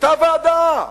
היתה ועדה,